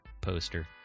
poster